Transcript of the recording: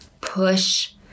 push